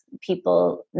people